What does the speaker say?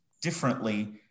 differently